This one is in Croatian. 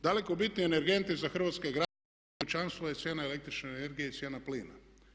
Daleko bitni energenti za hrvatske građane i kućanstvo je cijena električne energije i cijena plina.